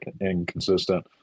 inconsistent